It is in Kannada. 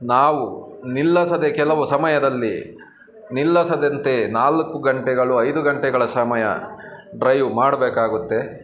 ನಾವು ನಿಲ್ಲಿಸದೇ ಕೆಲವು ಸಮಯದಲ್ಲಿ ನಿಲ್ಲಿಸದಂತೆ ನಾಲ್ಕು ಗಂಟೆಗಳು ಐದು ಗಂಟೆಗಳ ಸಮಯ ಡ್ರೈವ್ ಮಾಡಬೇಕಾಗುತ್ತೆ